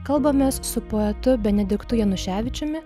kalbamės su poetu benediktu januševičiumi